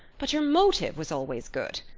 but your motive was always good.